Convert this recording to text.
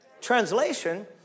translation